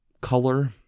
color